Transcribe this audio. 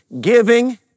Giving